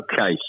Okay